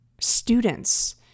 students